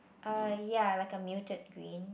uh ya like a muted green